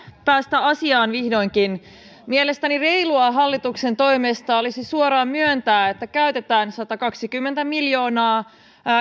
päästä asiaan vihdoinkin mielestäni reilua hallituksen toimesta olisi suoraan myöntää että käytetään satakaksikymmentä miljoonaa